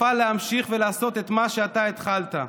ולעשות את מה שאתה התחלת.